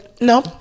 no